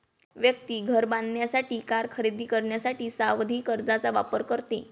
व्यक्ती घर बांधण्यासाठी, कार खरेदी करण्यासाठी सावधि कर्जचा वापर करते